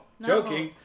Joking